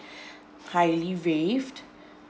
highly raved